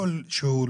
כלשהו,